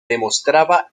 demostraba